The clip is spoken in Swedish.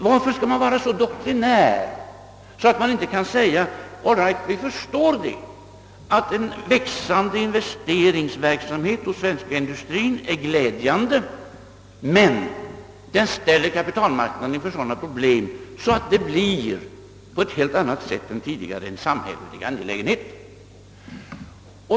Varför skall man vara så doktrinär att man inte kan säga: All right, vi förstår att en växande investeringsverksamhet hos den svenska industrien är glädjande, men den ställer kapitalmarknaden inför sådana problem att det på ett helt annat sätt än tidigare blir en samhällelig angelägenhet.